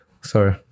sorry